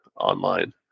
online